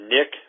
Nick